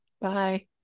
Bye